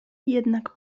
jednak